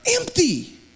empty